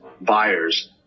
buyers